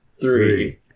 three